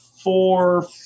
four